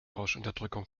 rauschunterdrückung